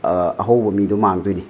ꯑꯍꯧꯕ ꯃꯤꯗꯣ ꯃꯥꯡꯗꯣꯏꯅꯤ